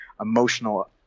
emotional